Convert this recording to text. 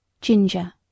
Ginger